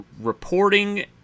reporting